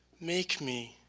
make me